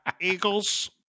Eagles